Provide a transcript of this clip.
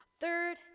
Third